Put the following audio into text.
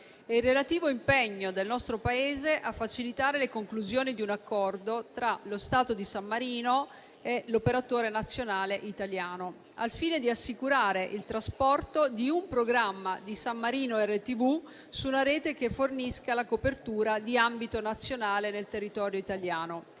il relativo impegno del nostro Paese a facilitare le conclusioni di un accordo tra lo Stato di San Marino e l'operatore nazionale italiano, al fine di assicurare il trasporto di un programma di San Marino RTV su una rete che fornisca la copertura di ambito nazionale nel territorio italiano.